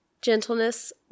gentleness